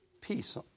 peace